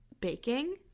Baking